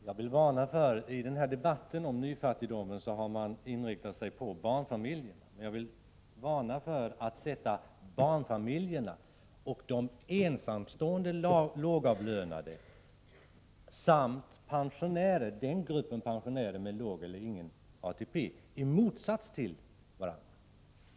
Herr talman! I debatten om nyfattigdomen har man inriktat sig på barnfamiljerna. Jag vill varna för att sätta barnfamiljerna, ensamstående lågavlönade samt pensionärer med låg eller ingen ATP i motsats till varandra.